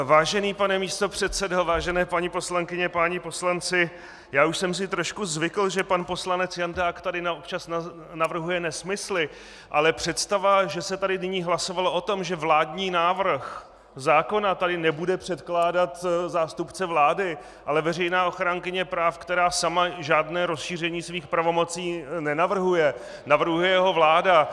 Vážený pane místopředsedo, vážené paní poslankyně, páni poslanci, já už jsem si trošku zvykl, že pan poslanec Jandák tady občas navrhuje nesmysly, ale představa, že se tady nyní hlasovalo o tom, že vládní návrh zákona tady nebude předkládat zástupce vlády, ale veřejná ochránkyně práv, která sama žádné rozšíření svých pravomocí nenavrhuje, navrhuje ho vláda...